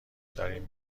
داریم